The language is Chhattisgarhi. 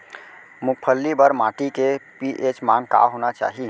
मूंगफली बर माटी के पी.एच मान का होना चाही?